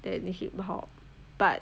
than hip hop but